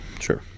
sure